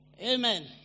Amen